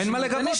אין מה לגבות.